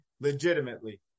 legitimately